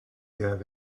have